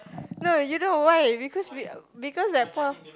no you know why because we because that point of